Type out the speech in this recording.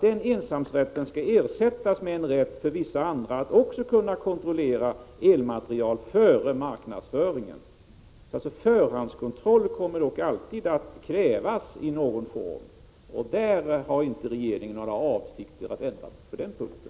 Den ensamrätten skall ersättas med en rätt för vissa andra att också kontrollera elmateriel före marknadsföringen. Förhandskontroll kommer dock alltid att krävas i någon form. Regeringen har inte några avsikter att ändra på den punkten.